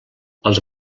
els